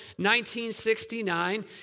1969